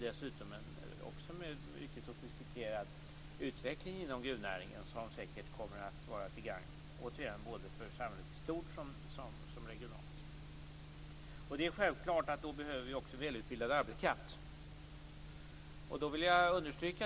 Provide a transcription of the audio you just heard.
Det pågår en sofistikerad utveckling inom gruvnäringen som säkert kommer att vara till gagn för både samhället i stort som regionalt. För det behövs välutbildad arbetskraft.